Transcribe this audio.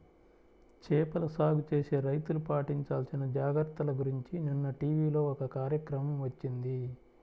చేపల సాగు చేసే రైతులు పాటించాల్సిన జాగర్తల గురించి నిన్న టీవీలో ఒక కార్యక్రమం వచ్చింది